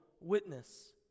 witness